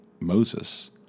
Moses